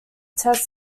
tests